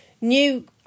new